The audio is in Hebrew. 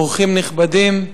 אורחים נכבדים,